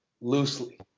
loosely